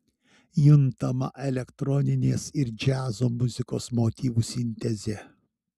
juntama elektroninės ir džiazo muzikos motyvų sintezė